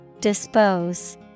Dispose